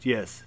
Yes